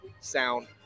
sound